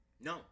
No